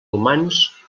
humans